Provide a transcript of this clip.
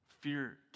Fear